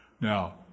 Now